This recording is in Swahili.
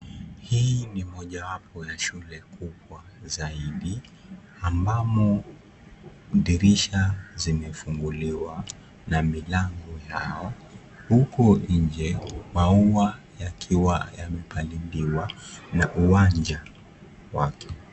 Hii ni mojawapo ya shule kubwa zaidi. Ambamo, dirisha zimefunguliwa na milango yao. Huku nje, maua yakiwa yamepaliliwa na uwanja wake.